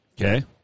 Okay